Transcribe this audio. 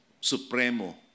supremo